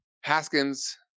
Haskins